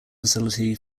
facility